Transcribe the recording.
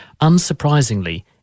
Unsurprisingly